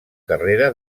carrera